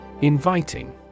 Inviting